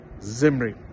Zimri